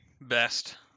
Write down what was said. best